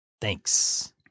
Thanks